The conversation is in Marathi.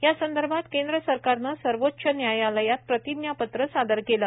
या संदर्भात केंद्र सरकारनं सर्वोच्च न्यायालयात प्रतिज्ञापत्र सादर केलं